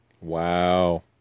Wow